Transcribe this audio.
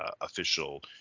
official